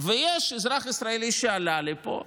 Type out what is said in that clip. יש אזרח ישראלי שעלה לפה,